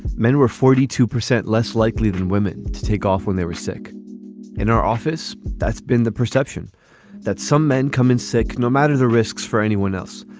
men were forty two percent less likely than women to take off when they were sick in our office. that's been the perception that some men come in sick, no matter the risks for anyone else.